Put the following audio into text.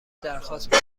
درخواست